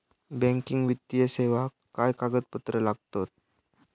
Banking वित्तीय सेवाक काय कागदपत्र लागतत?